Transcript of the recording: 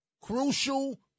crucial